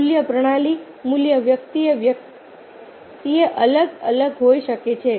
મૂલ્ય પ્રણાલી મૂલ્ય વ્યક્તિએ વ્યક્તિએ અલગ અલગ હોઈ શકે છે